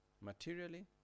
Materially